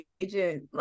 agent